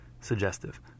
Suggestive